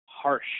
harsh